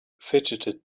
fidgeted